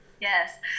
Yes